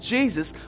Jesus